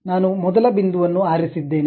ನಾನು ಮೊದಲ ಬಿಂದುವನ್ನು ಆರಿಸಿದ್ದೇನೆ